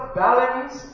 balance